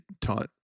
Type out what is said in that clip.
taught